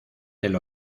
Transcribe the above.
del